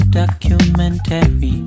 documentary